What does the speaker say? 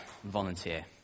volunteer